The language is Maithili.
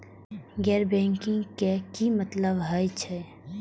गैर बैंकिंग के की मतलब हे छे?